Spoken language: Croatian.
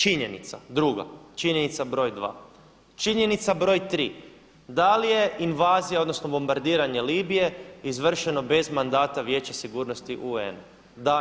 Činjenica druga, činjenica broj 2. Činjenica broj 3. Da li je invazija odnosno bombardiranje Libije izvršeno bez mandata Vijeća sigurnosti UN-a?